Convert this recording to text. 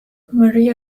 maria